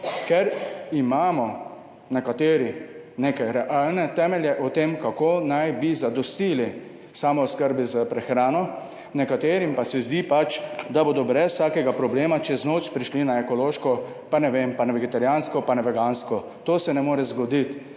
ker imamo nekateri neke realne temelje o tem, kako naj bi zadostili samooskrbi s prehrano, nekaterim pa se zdi pač, da bodo brez vsakega problema čez noč prišli na ekološko, pa ne vem, pa na vegetarijansko, pa na vegansko. To se ne more zgoditi.